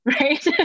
Right